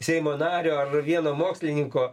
seimo nario ar vieno mokslininko